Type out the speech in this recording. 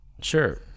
Sure